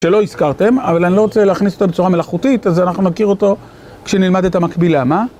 שלא הזכרתם, אבל אני לא רוצה להכניס אותו בצורה מלאכותית, אז אנחנו נכיר אותו כשנלמד את המקבילה, מה?